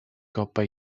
coppa